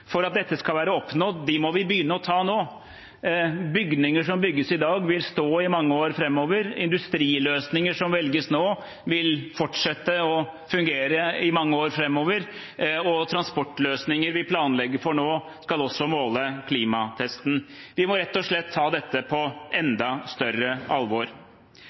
for at dette skal være oppnådd, må vi begynne å treffe nå. Bygninger som bygges i dag, vil stå i mange år framover, industriløsninger som velges nå, vil fortsette å fungere i mange år framover, og transportløsninger vi planlegger for nå, skal også måles mot klimatesten. Vi må rett og slett ta dette på enda større alvor.